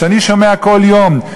כשאני שומע כל יום,